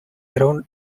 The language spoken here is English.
around